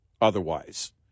otherwise